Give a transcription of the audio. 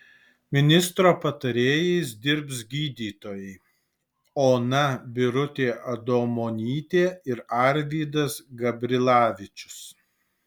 ministro patarėjais dirbs gydytojai ona birutė adomonytė ir arvydas gabrilavičius